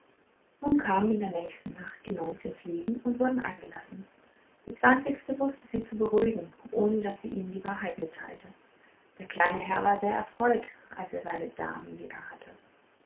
nun kamen in der nächsten nacht die neunzehn fliegen und wurden eingelassen die zwanzigste wußte sie zu beruhigen ohne daß sie ihnen die wahrheit mitteilte der kleine herr war sehr erfreut als er seine damen wieder hatte